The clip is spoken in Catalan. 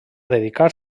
dedicar